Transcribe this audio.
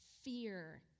fear